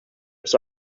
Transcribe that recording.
was